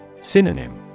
Synonym